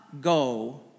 go